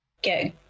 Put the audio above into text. get